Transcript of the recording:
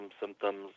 symptoms